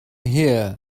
here